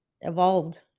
evolved